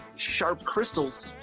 sharp crystals,